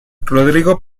rodrigo